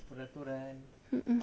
mm mm